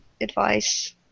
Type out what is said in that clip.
advice